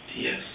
Yes